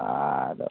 ᱟᱫᱚ